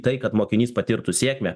tai kad mokinys patirtų sėkmę